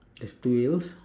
there's two wheels